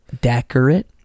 decorate